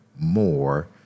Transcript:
more